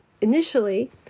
initially